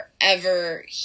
forever